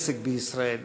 עסק בישראל,